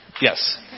Yes